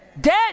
dead